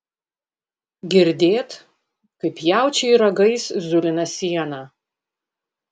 girdėt kaip jaučiai ragais zulina sieną